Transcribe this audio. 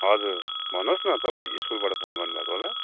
हजुर भन्नुहोस् न तपाईँ स्कुलबाट फोन गर्नु भएको होला